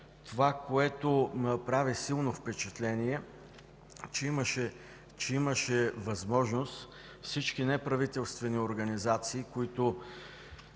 Това, което направи силно впечатление, е, че имаше възможност всички неправителствени организации, които